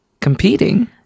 competing